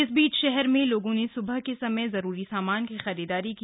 इस बीच शहर में लोगों ने सुबह के समय जरूरी सामान की खरीदारी की